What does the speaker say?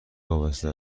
وابسته